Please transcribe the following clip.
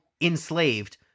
enslaved